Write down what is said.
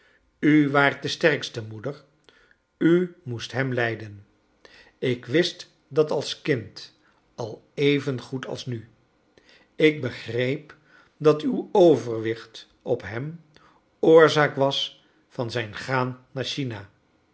u waart de sterkste moeder u moest hem leiden ik wist dat als kind al even goed als nu ik begreep dat uw overwicht op hem oorzaak was van zijn gaan naar china